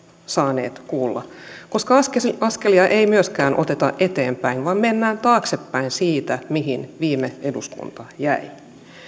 saaneet kuulla koska askelia ei myöskään oteta eteenpäin vaan mennään taaksepäin siitä mihin viime eduskunta jäi